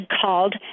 called